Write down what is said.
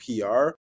PR